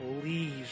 please